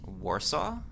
Warsaw